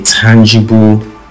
tangible